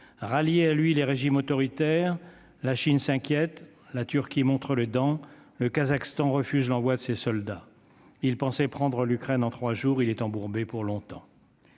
rallier à lui les régimes autoritaires, la Chine s'inquiète la Turquie montre le dans le Kazakhstan, refuse l'envoi de ces soldats, il pensait prendre l'Ukraine en 3 jours, il est embourbé pour longtemps.